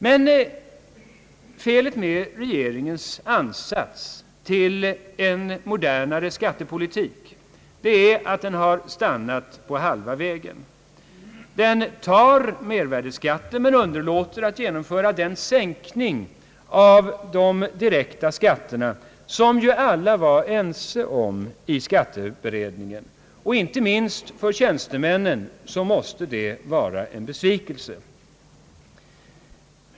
Men felet med regeringens ansats till en modernare skattepolitik är att den har stannat på halva vägen. Den tar mervärdeskatten men underlåter att genomföra den sänkning av de direkta skatterna som alla var ense om i skatteberedningen. Inte minst för tjänstemännen måste detta vara en besvikelse.